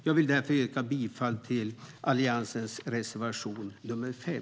Jag vill därför yrka bifall till Alliansens reservation 5.